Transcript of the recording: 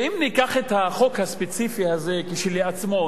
שאם ניקח את החוק הספציפי הזה כשלעצמו,